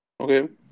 Okay